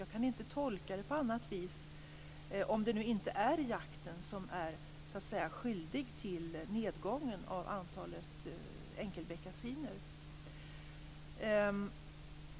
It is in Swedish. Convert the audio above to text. Jag kan inte tolka det på något annat vis om det nu inte är jakten som så att säga är skyldig till nedgången av antalet enkelbeckasiner.